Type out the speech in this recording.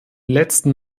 letzten